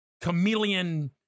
chameleon